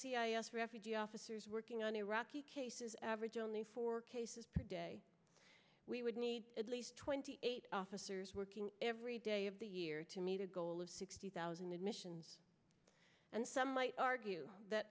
c i s refugee officers working on iraqi cases average only four cases per day we would need at least twenty eight officers working every day of the year to meet a goal of sixty thousand admissions and some might argue that